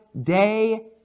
day